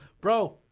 Bro